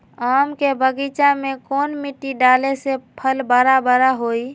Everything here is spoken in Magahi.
आम के बगीचा में कौन मिट्टी डाले से फल बारा बारा होई?